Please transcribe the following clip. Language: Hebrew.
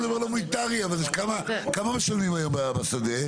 כמה משלמים היום בשדה?